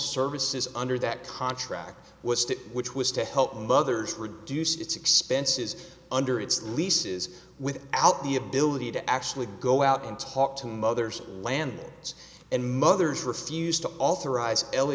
services under that contract was to which was to help mothers reduce its expenses under its leases without the ability to actually go out and talk to mothers land and mothers refused to authorize l